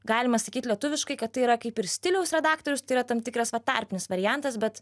galima sakyt lietuviškai kad tai yra kaip ir stiliaus redaktorius tai yra tam tikras tarpinis variantas bet